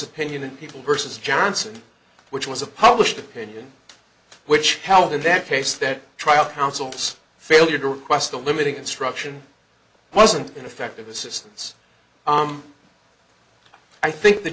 opinion and people versus johnson which was a published opinion which held in that case that trial counsel's failure to request a limiting instruction was an ineffective assistance i think the